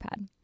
iPad